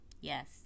Yes